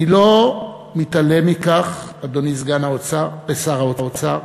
אני לא מתעלם, אדוני סגן שר האוצר,